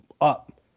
up